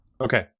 okay